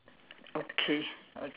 okay